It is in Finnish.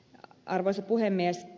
arvoisa puhemies